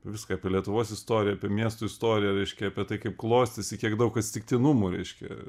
viską apie lietuvos istoriją apie miesto istoriją reiškia apie tai kaip klostėsi kiek daug atsitiktinumų reiškia